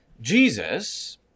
Jesus